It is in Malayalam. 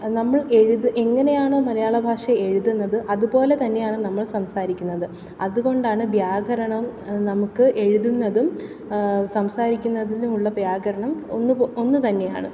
അതു നമ്മൾ എഴുത് എങ്ങനെയാണോ മലയാളഭാഷ എഴുതുന്നത് അതുപോലെതന്നെയാണ് നമ്മൾ സംസാരിക്കുന്നത് അതുകൊണ്ടാണ് വ്യാകരണം നമുക്ക് എഴുതുന്നതും സംസാരിക്കുന്നതിനുമുള്ള വ്യാകരണം ഒന്നുതന്നെയാണ്